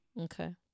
Okay